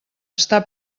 està